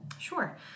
Sure